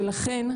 ולכן,